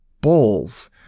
bulls